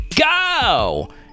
go